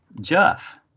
Jeff